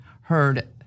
heard